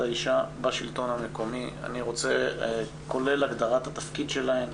האישה בשלטון המקומי כולל הגדרת התפקיד שלהן,